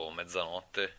mezzanotte